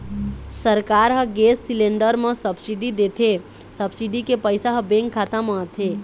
सरकार ह gas cylinder म सब्सिडी देथे, सब्सिडी के पइसा ह बेंक खाता म आथे